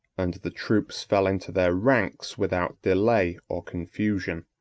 and the troops fell into their ranks without delay or confusion.